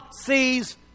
sees